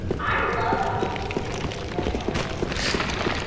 i love watching tutorials, because i feel like i always pick up something.